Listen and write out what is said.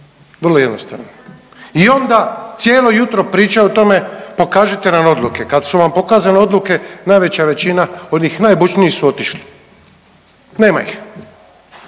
Vrlo jednostavno. I onda cijelo jutro pričaju o tome pokažite nam odluke. Kad su vam pokazane odluke najveća većina onih najbučnijih su otišli, nema ih